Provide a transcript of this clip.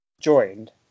joined